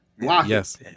Yes